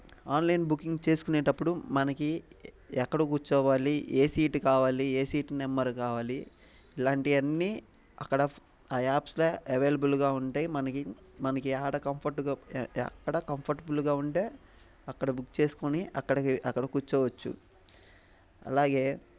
online booking చేసుకునేటప్పుడు మనకి ఎక్కడ కూర్చోవాలి ఏ సీట్ కావాలి ఏ సీట్ నెంబర్ కావాలి ఇలాంటివి అన్నీ అక్కడ ఆ యాప్స్లో అవైలబుల్గా ఉంటాయి మనకి మనకి ఎక్కడ కంఫర్ట్గా ఎక్కడ కంఫర్టబుల్గా ఉంటే అక్కడ బుక్ చేసుకోని అక్కడికి అక్కడ కూర్చోవచ్చు అలాగే